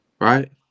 Right